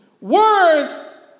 words